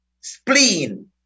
spleen